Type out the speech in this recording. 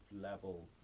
Level